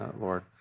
lord